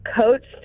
coached